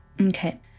Okay